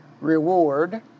reward